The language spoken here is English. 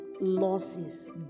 losses